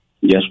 Yes